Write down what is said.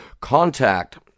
contact